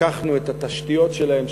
לקחנו את התשתיות שלהן,